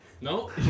No